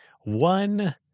one